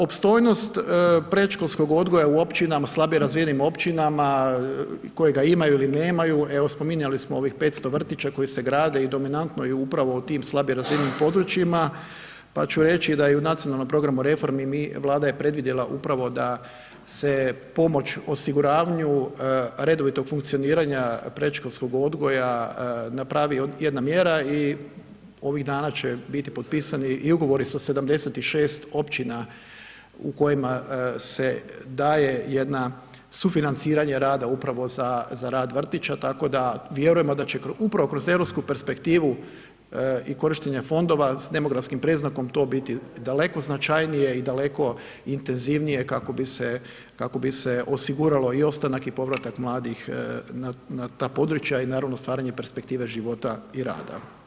Opstojnost predškolskog odgoja u općinama, slabije razvijenim općinama kojega imaju ili nemaju, evo spominjali smo ovih 500 vrtića koji se grade i dominantno je upravo u tim slabije razvijenijim područjima, pa ću reći da je i u Nacionalnom programu reformi mi, Vlada je predvidjela upravo da se pomoć osiguravnju redovitog funkcioniranja predškolskog odgoja napravi jedna mjera i ovih dana će biti potpisani i ugovori sa 76 općina u kojima se daje jedna sufinanciranje rada upravo za, za rad vrtića, tako da vjerujemo da će upravo kroz europsku perspektivu i korištenje fondova s demografskim predznakom to biti daleko značajnije i daleko intenzivnije kako bi se, kako bi se osiguralo i ostanak i povratak mladih na, na ta područja i naravno stvaranje perspektive života i rada.